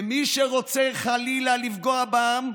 ומי שרוצה חלילה לפגוע בעם,